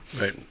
Right